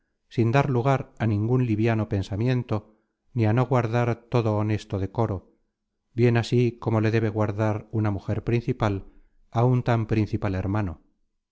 sin dar lugar á ningun liviano pensamiento ni á no guardar todo honesto decoro bien así como le debe guardar una mujer principal á un tan principal hermano